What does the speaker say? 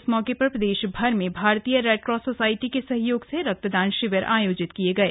इस मौके पर प्रदेश भर में भारतीय रेडक्रास सोसायटी के सहयोग से रक्त दान शिविर आयोजित किये गये